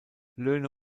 löhne